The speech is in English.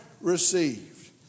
received